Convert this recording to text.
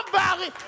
valley